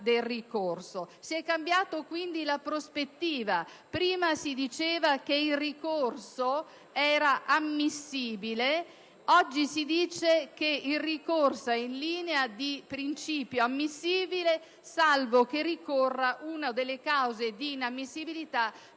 Si è cambiata quindi la prospettiva: prima si dichiarava che il ricorso era ammissibile, mentre oggi si afferma che il ricorso in linea di principio è ammissibile, salvo che ricorra una delle cause di inammissibilità